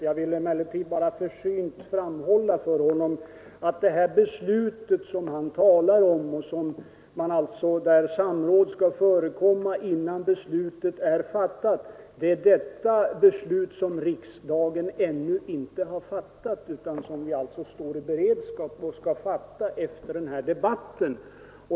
Jag vill bara försynt framhålla för honom att det beslut som han talar om, där samråd skall förekomma innan beslut fattas, har riksdagen ännu inte fattat — det skall riksdagen göra efter denna debatt.